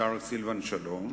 השר סילבן שלום,